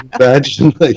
Imagine